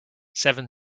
seven